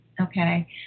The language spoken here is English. okay